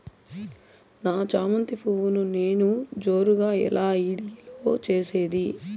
నా చామంతి పువ్వును నేను జోరుగా ఎలా ఇడిగే లో చేసేది?